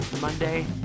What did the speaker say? Monday